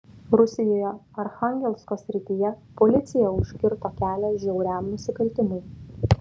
rusijoje archangelsko srityje policija užkirto kelią žiauriam nusikaltimui